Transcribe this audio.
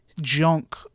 Junk